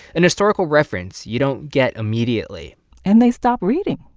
an historical reference you don't get immediately and they stop reading.